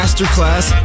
MasterClass